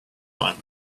time